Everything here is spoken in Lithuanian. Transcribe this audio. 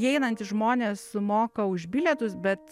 įeinantys žmonės sumoka už bilietus bet